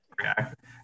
react